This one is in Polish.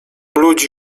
ludzi